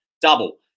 Double